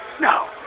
No